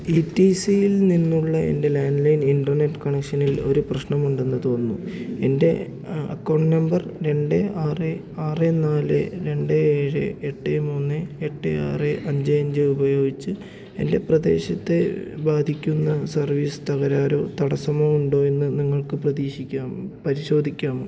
A T സിയിൽ നിന്നുള്ള എൻ്റെ ലാൻഡ്ലൈൻ ഇൻറ്റർനെറ്റ് കണക്ഷനിൽ ഒരു പ്രശ്നമുണ്ടെന്ന് തോന്നുന്നു എൻ്റെ അക്കൗണ്ട് നമ്പർ രണ്ട് ആറ് ആറ് നാല് രണ്ട് ഏഴ് എട്ട് മൂന്ന് എട്ട് ആറ് അഞ്ച് അഞ്ച് ഉപയോഗിച്ച് എൻ്റെ പ്രദേശത്തെ ബാധിക്കുന്ന സർവ്വീസ് തകരാറോ തടസ്സമോ ഉണ്ടോ എന്ന് നിങ്ങൾക്ക് പ്രതീക്ഷിക്കാമോ പരിശോധിക്കാമോ